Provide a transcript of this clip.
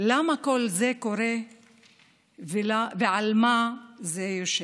למה כל זה קורה ועל מה זה יושב.